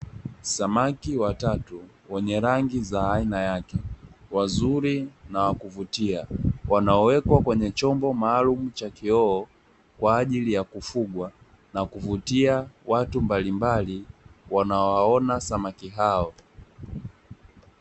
Samaki watatu wenye rangi za aina yake, wazuri na wakuvutia wanaowekwa kwenye chombo maalumu cha kioo, kwa ajili ya kufugwa na kuvutia watu mbali mbali wanaowaona samaki hao.